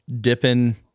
dipping